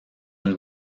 une